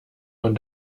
man